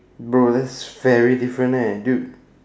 bro that very different leh dude